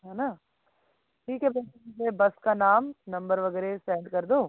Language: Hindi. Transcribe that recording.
है ना ठीक है भैया मुझे बस का नाम नम्बर वगैरह सेंड कर दो